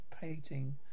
painting